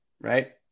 right